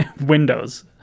Windows